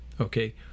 Okay